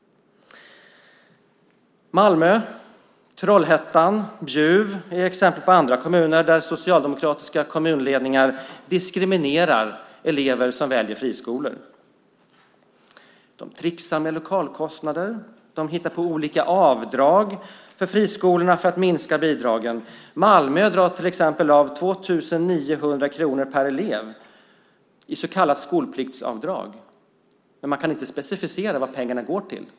Malmö, Trollhättan och Bjuv är exempel på andra kommuner där socialdemokratiska kommunledningar diskriminerar elever som väljer friskola. De tricksar med lokalkostnader och hittar på olika avdrag för friskolorna för att minska bidragen. Malmö drar till exempel av 2 900 kronor per elev i så kallat skolpliktsavdrag, men man kan inte specificera vad pengarna ska gå till.